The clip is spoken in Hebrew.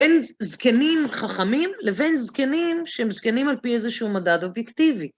בין זקנים חכמים לבין זקנים שהם זקנים על פי איזשהו מדד אובייקטיבי.